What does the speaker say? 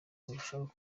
birushaho